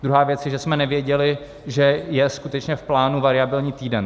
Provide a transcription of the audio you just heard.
Druhá věc je, že jsme nevěděli, že je skutečně v plánu variabilní týden.